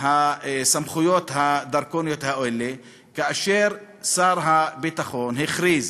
והרגשנו על בשרנו את הסמכויות הדרקוניות האלה כאשר שר הביטחון הכריז